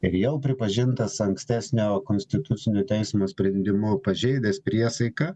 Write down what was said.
ir jau pripažintas ankstesnio konstitucinio teismo sprendimu pažeidęs priesaiką